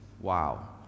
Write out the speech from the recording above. Wow